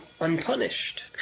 unpunished